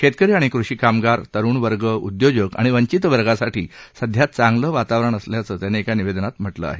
शेतकरी आणि कृषी कामगार तरुण वर्ग उद्योजक आणि वंचित वर्गासाठी सध्या चांगलं वातावरण असल्याचं त्यांनी एका निवेदनात म्हटलं आहे